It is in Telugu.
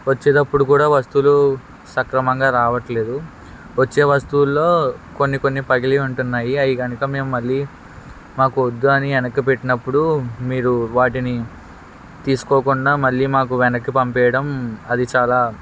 వచ్చేటప్పుడు కూడా వస్తువులు సక్రమంగా రావట్లేదు వచ్చే వస్తువుల్లో కొన్ని కొన్ని పగిలి ఉంటున్నాయి అయిగనుక మేము మళ్ళీ మాకు వద్దు అని వెనక్కిపెట్టినప్పుడు మీరు వాటిని తీసుకోకుండా మళ్ళీ మాకు వెనక్కి పంపేయడం అది చాలా